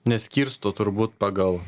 neskirsto turbūt pagal